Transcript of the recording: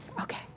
okay